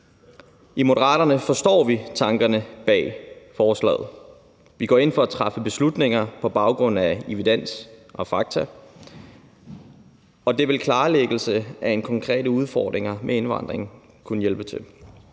I Moderaterne forstår vi tankerne bag forslaget. Vi går ind for at træffe beslutninger på baggrund af evidens og fakta, og det ville en klarlæggelse af de konkrete udfordringer med indvandringen kunne hjælpe til.